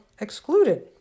excluded